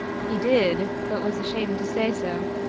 he did, but was ashamed to say so,